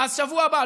אז בשבוע הבא.